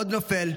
עוד נופל,